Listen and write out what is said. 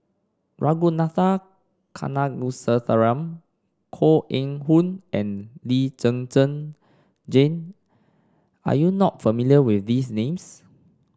Ragunathar Kanagasuntheram Koh Eng Hoon and Lee Zhen Zhen Jane are you not familiar with these names